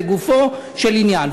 לגופו של עניין,